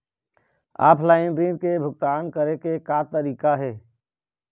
Offline ऋण के भुगतान करे के का तरीका हे?